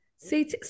see